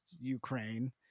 Ukraine